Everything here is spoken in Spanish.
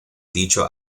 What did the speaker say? dicho